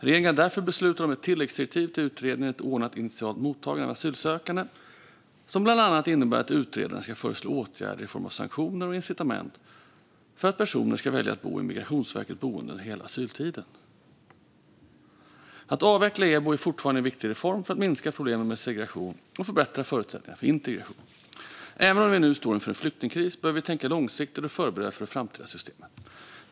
Regeringen har därför beslutat om ett tilläggsdirektiv till utredningen Ett ordnat initialt mottagande av asylsökande, som bland annat innebär att utredaren ska föreslå åtgärder i form av sanktioner och incitament för att personer ska välja att bo i Migrationsverkets boenden under hela asyltiden. Att avveckla EBO är fortfarande en viktig reform för att minska problemen med segregation och förbättra förutsättningarna för integration. Även om vi nu står inför en flyktingkris behöver vi tänka långsiktigt och förbereda för det framtida systemet.